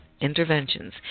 Interventions